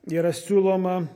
yra siūloma